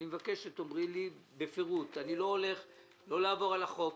אני מבקש שתאמרי לי בפירוט - אני לא הולך לעבור על החוק,